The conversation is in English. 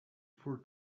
for